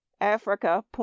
Africa